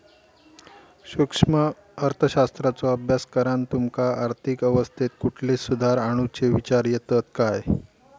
सूक्ष्म अर्थशास्त्राचो अभ्यास करान तुमका आर्थिक अवस्थेत कुठले सुधार आणुचे विचार येतत काय?